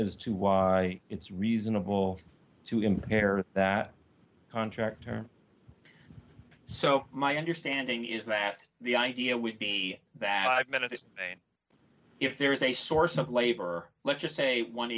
as to why it's reasonable to compare that contractor so my understanding is that the idea would be that i've been at this if there is a source of labor let's just say one